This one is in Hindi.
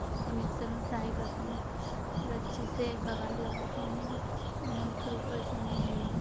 उसको मिक्सर में फ्राई करती हूँ फिर अच्छे से बगाह लगाती हूँ और फिर ऊपर से मैं